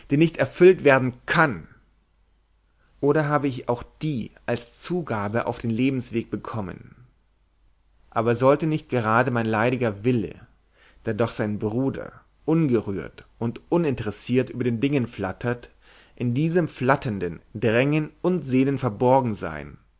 die nicht erfüllt werden kann oder habe ich auch die als zugabe auf den lebensweg bekommen aber sollte nicht gerade mein leidiger wille da doch sein bruder ungerührt und uninteressiert über den dingen flattert in diesem flatternden drängen und sehnen verborgen sein